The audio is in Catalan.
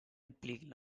impliquin